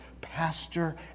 Pastor